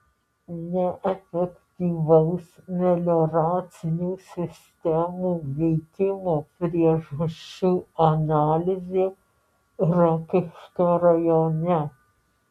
neefektyvaus melioracinių sistemų veikimo priežasčių analizė rokiškio rajone